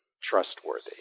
trustworthy